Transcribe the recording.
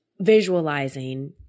visualizing